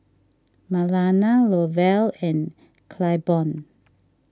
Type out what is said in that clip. Marlana Lovell and Claiborne